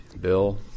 Bill